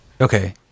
okay